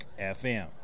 FM